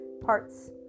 parts